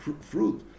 fruit